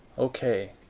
okay.